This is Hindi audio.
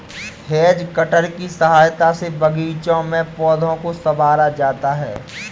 हैज कटर की सहायता से बागीचों में पौधों को सँवारा जाता है